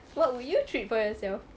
what would you treat for yourself